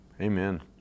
amen